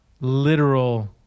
literal